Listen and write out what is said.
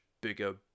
bigger